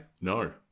No